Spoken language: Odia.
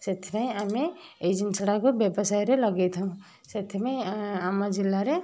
ସେଥିପାଇଁ ଆମେ ଏଇ ଜିନଷଟାକୁ ଆମେ ବ୍ୟବସାୟରେ ଲଗାଇ ଥାଉ ସେଥିପାଇଁ ଆମ ଜିଲ୍ଲାରେ